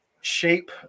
shape